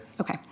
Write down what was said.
Okay